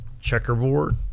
Checkerboard